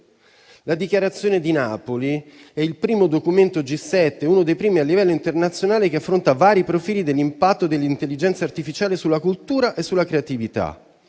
La dichiarazione di Napoli è il primo documento G7, uno dei primi a livello internazionale, che affronta vari profili dell'impatto dell'intelligenza artificiale sulla cultura e sulla creatività.